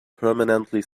permanently